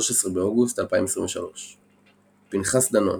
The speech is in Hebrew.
13 באוגוסט 2023 פנחס דנון,